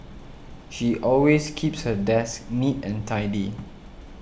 she always keeps her desk neat and tidy